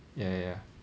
ya ya ya